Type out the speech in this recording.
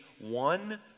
One